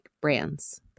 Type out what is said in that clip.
brands